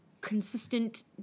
consistent